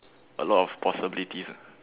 a lot of possibilities ah